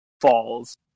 falls